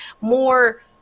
more